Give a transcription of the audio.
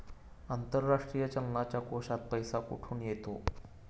आंतरराष्ट्रीय चलनाच्या कोशात पैसा कुठून येतो?